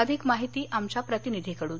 अधिक माहिती आमच्या प्रतिनिधीकडून